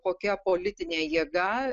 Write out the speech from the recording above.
kokia politinė jėga